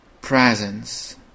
presence